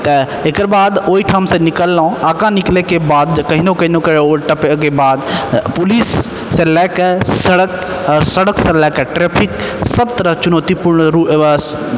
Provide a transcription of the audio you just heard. तऽ एकरबाद ओहि ठाम से निकललहुॅं आगाँ निकलैके बाद जे कहिनो कहिनोके रोड टपिके बाद पुलिस से लएके सड़क सड़क से लएके ट्रैफिक सब तरह चुनौतीपूर्ण